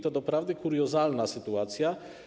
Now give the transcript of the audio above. To doprawdy kuriozalna sytuacja.